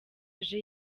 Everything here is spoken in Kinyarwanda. aje